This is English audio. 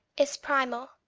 is primal,